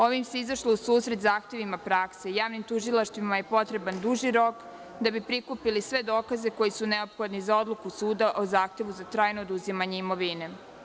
Ovim se izašlo u susret zahtevima prakse, javnim tužilaštvima je potreban duži rok da bi prikupili sve dokaze koji su neophodni za odluku suda o zahtevu za trajno oduzimanje imovine.